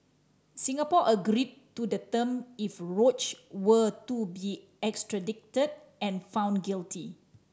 Singapore agreed to the term if Roach were to be extradited and found guilty